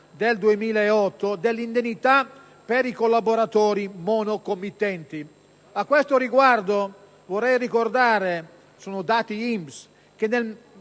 del 2008 delle indennità per i collaboratori monocommittenti. A questo riguardo vorrei ricordare, sono dati INPS, che nel